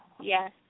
Yes